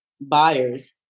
buyers